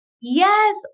Yes